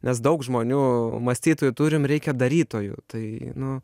nes daug žmonių mąstytojų turim reikia darytojų tai nu